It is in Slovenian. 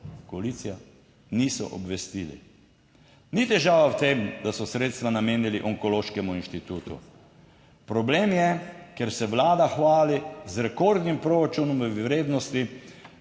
koalicija, niso obvestili. Ni težava v tem, da so sredstva namenili Onkološkemu inštitutu. Problem je, ker se Vlada hvali z rekordnim proračunom v vrednosti